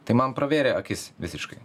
tai man pravėrė akis visiškai